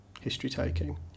history-taking